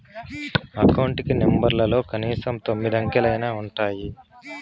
account కి నెంబర్లలో కనీసం తొమ్మిది అంకెలైనా ఉంటాయి